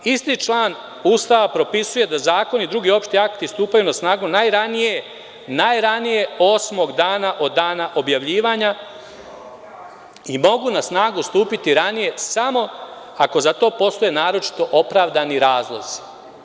Isti član Ustava propisuje da zakoni i drugi opšti akti stupaju na snagu najranije osmog dana od dana objavljivanja i mogu na snagu stupiti ranije samo ako za to postoje naročito opravdani razlozi.